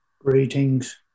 Greetings